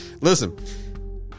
listen